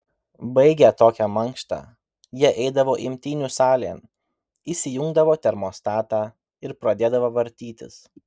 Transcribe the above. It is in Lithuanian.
baigę tokią mankštą jie eidavo imtynių salėn įsijungdavo termostatą ir pradėdavo vartytis